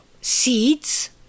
seeds